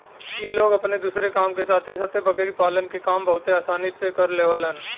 इ लोग अपने दूसरे काम के साथे साथे बकरी पालन के काम बहुते आसानी से कर लेवलन